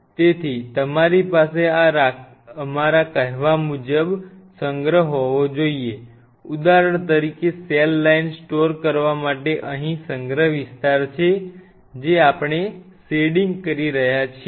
તેથી તમારી પાસે અમારા કહેવા મુજબ સંગ્રહ હોવો જોઈએ ઉદાહરણ તરીકે સેલ લાઇન સ્ટોર કરવા માટે અહીં સંગ્રહ વિસ્તાર છે જે આપ ણે શેડીંગ કરી રહ્યા છીએ